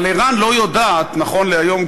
אבל ער"ן לא יודעת נכון להיום,